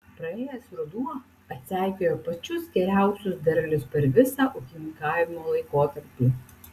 praėjęs ruduo atseikėjo pačius geriausius derlius per visą ūkininkavimo laikotarpį